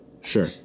Sure